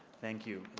thank you.